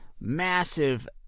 massive